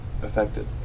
affected